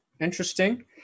interesting